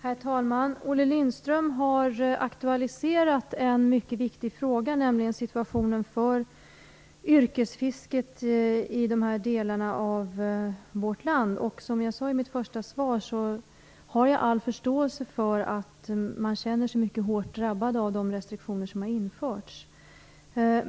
Herr talman! Olle Lindström har aktualiserat en mycket viktig fråga, nämligen situationen för yrkesfisket i de här delarna i vårt land. Som jag sade i mitt första svar har jag all förståelse för att man känner sig mycket hårt drabbade av de restriktioner som har införts.